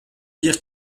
dire